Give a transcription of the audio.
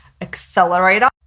Accelerator